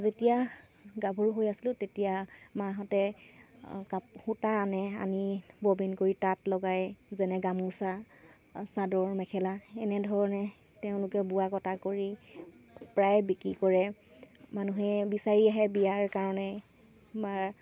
যেতিয়া গাভৰু হৈ আছিলোঁ তেতিয়া মাহঁতে সূতা আনে আনি ববিন কৰি তাঁত লগাই যেনে গামোচা চাদৰ মেখেলা এনেধৰণে তেওঁলোকে বোৱা কটা কৰি প্ৰায় বিক্ৰী কৰে মানুহে বিচাৰি আহে বিয়াৰ কাৰণে বা